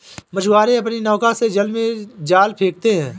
मछुआरे अपनी नौका से जल में जाल फेंकते हैं